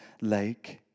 lake